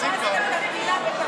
בושה, בושה.